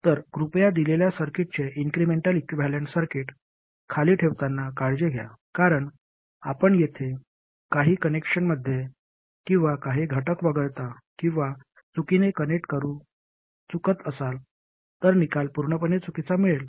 तर कृपया दिलेल्या सर्किटचे इन्क्रिमेंटल इक्विव्हॅलेंट सर्किट खाली ठेवताना काळजी घ्या कारण आपण तेथे काही कनेक्शनमध्ये किंवा काही घटक वगळता किंवा चुकीने कनेक्ट करून चुकत असाल तर निकाल पूर्णपणे चुकीचा मिळेल